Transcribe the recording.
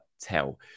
tell